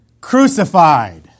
crucified